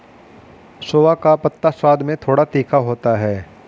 सोआ का पत्ता स्वाद में थोड़ा तीखा होता है